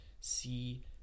see